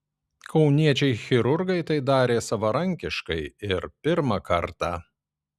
kauniečiai chirurgai tai darė savarankiškai ir pirmą kartą